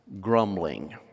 grumbling